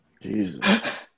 Jesus